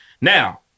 Now